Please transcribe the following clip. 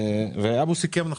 ואבו סיכם נכון.